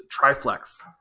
triflex